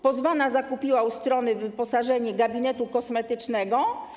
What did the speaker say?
Pozwana zakupiła u strony wyposażenie gabinetu kosmetycznego.